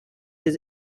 his